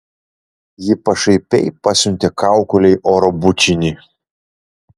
ji pašaipiai pasiuntė kaukolei oro bučinį